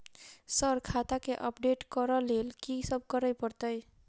Sir खाता केँ update करऽ लेल की सब करै परतै?